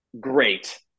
great